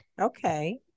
Okay